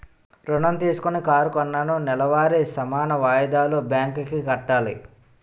ఋణం తీసుకొని కారు కొన్నాను నెలవారీ సమాన వాయిదాలు బ్యాంకు కి కట్టాలి